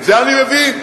את זה אני מבין,